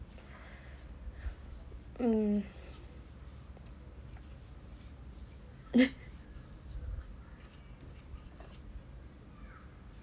mm